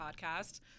podcast